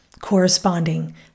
corresponding